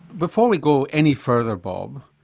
before we go any further bob,